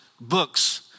books